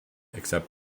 except